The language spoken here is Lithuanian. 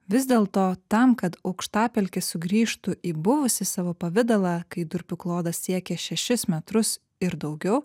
vis dėl to tam kad aukštapelkė sugrįžtų į buvusį savo pavidalą kai durpių klodas siekė šešis metrus ir daugiau